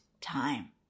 time